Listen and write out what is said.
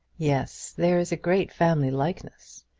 yes there is a great family likeness.